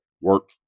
work